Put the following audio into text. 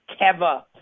Keva